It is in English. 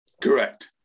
Correct